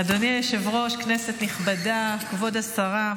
אדוני היושב-ראש, כנסת נכבדה, כבוד השרה,